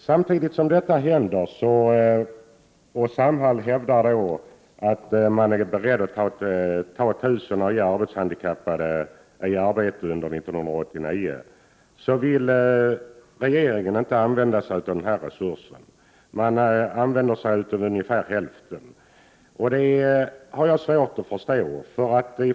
Samhall hävdar att man är beredd att ge ytterligare arbetshandikappade arbete under 1989, men regeringen vill inte använda sig av denna resurs. Regeringen använder sig bara av ungefär halva denna resurs. Jag har svårt att förstå detta.